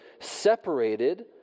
separated